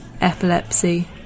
epilepsy